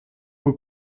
aux